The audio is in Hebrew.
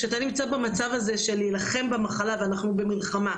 כשאתה נמצא במצב הזה של להילחם במחלה ואנחנו במלחמה,